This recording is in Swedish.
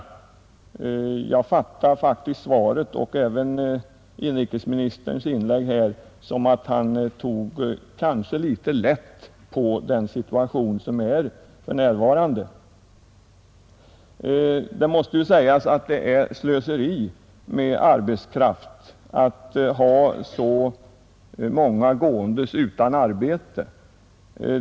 Men jag uppfattar faktiskt svaret och även inrikesministerns inlägg här som om att han kanske tar något lätt på den situation som för närvarande råder, Det måste sägas att det är slöseri med arbetskraft att ha så många människor utan arbete.